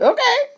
Okay